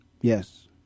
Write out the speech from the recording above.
Yes